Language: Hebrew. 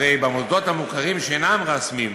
הרי במוסדות המוכרים שאינם רשמיים